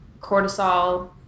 cortisol